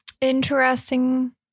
Interesting